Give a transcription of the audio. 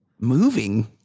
moving